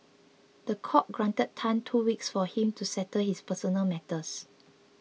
the court granted Tan two weeks for him to settle his personal matters